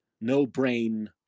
no-brain